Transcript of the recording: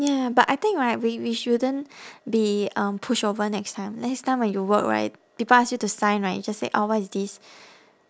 ya but I think right we we shouldn't be um pushover next time next time when you work right people ask you to sign right you just say orh what is this